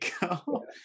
go